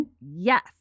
Yes